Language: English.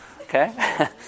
Okay